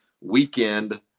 weekend